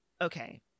okay